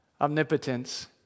omnipotence